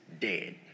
dead